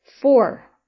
Four